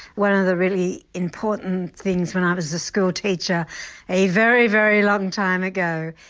one of the really important things when i was a schoolteacher a very, very long time ago,